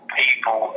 people